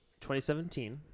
2017